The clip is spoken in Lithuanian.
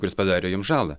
kuris padarė jum žalą